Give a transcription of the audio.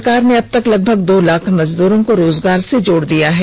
सरकार ने अबतक लगभग दो लाख मजदूरों को रोजगार से जोड दिया है